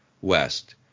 west